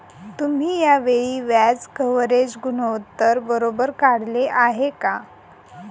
तुम्ही या वेळी व्याज कव्हरेज गुणोत्तर बरोबर काढले आहे का?